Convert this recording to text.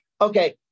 Okay